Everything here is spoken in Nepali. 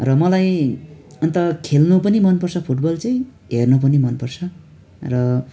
र मलाई अन्त खेल्नु पनि मनपर्छ फुटबल चाहिँ हेर्नु पनि मनपर्छ र